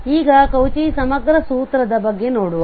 ಈಗ ಕೌಚಿ ಸಮಗ್ರ ಸೂತ್ರದ ಬಗ್ಗೆ ನೋಡುವ